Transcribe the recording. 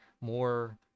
more